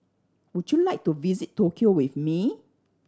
would you like to visit Tokyo with me